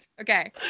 Okay